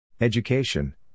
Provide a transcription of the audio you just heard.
Education